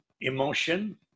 emotion